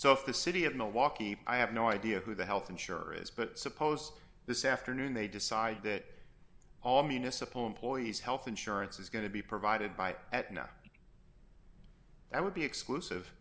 so if the city of milwaukee i have no idea who the health insurer is but suppose this afternoon they decide that all municipal employees health insurance is going to be provided by at night that would be exclusive